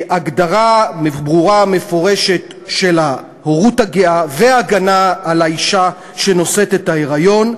הגדרה ברורה ומפורשת של ההורות הגאה והגנה על האישה שנושאת את ההיריון,